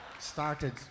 started